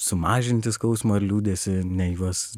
sumažinti skausmą ir liūdesį ne juos